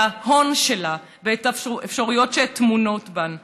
ההון שלה ואת האפשרויות שטמונות בן.